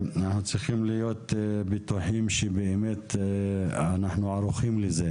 אנחנו צריכים להיות בטוחים שבאמת אנחנו ערוכים לזה,